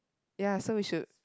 ya so we should